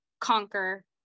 conquer